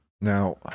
Now